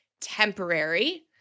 temporary